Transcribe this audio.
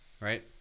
Right